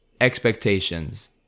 expectations